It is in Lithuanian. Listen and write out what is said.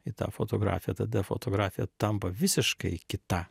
į tą fotografiją tada fotografija tampa visiškai kita